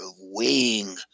weighing